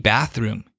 Bathroom